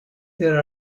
there